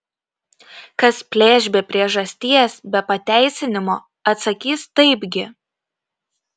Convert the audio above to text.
kas plėš be priežasties be pateisinimo atsakys taipgi